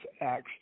Acts